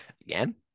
Again